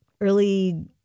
Early